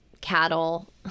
cattle